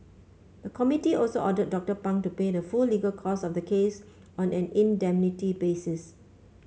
the committee also ordered Doctor Pang to pay the full legal costs of the case on an indemnity basis